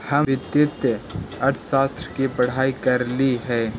हम वित्तीय अर्थशास्त्र की पढ़ाई करली हे